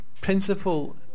principle